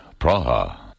Praha